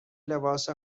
لباس